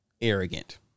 arrogant